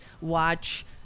watch